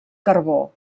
carbó